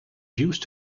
used